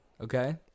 okay